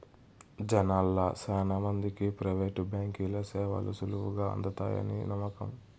జనాల్ల శానా మందికి ప్రైవేటు బాంకీల సేవలు సులువుగా అందతాయని నమ్మకం